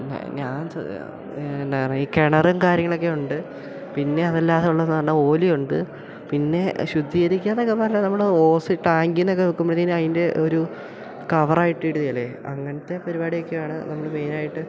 ഞാൻ എന്നാ പറഞ്ഞാ ഈ കിണറും കാര്യങ്ങളൊക്കെ ഉണ്ട് പിന്നെ അതല്ലാതെ ഉള്ളത് എന്ന് പറഞ്ഞാൽ ഓലിയുണ്ട് പിന്നെ ശുദ്ധീകരിക്കുക എന്നെക്കെ പറഞ്ഞാൽ നമ്മൾ ഓസ് ടാങ്കീന്നൊക്കെ വെക്കുമ്പോഴത്തേന് അതിൻ്റെ ഒരു കവറായിട്ട് ഇടികേലേ അങ്ങനത്തെ പരിപാടിയെക്കെയാണ് നമ്മൾ മെയ്നായിട്ട്